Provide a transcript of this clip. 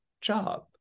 job